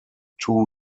two